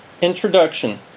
Introduction